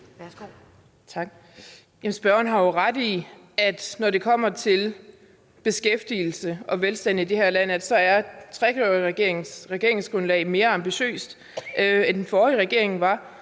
Egelund (LA): Spørgeren har ret i, at når det kommer til beskæftigelse og velstand i det her land, er trekløverregeringens regeringsgrundlag mere ambitiøst end den forrige regerings.